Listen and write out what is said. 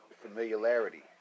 familiarity